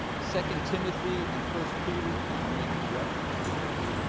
second timothy and first peter kind of make reference to this.